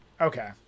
Okay